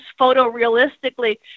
photorealistically